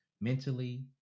mentally